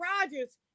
Rodgers